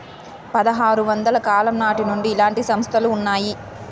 పదహారు వందల కాలం నాటి నుండి ఇలాంటి సంస్థలు ఉన్నాయి